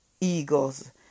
eagles